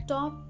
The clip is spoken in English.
Top